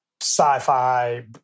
sci-fi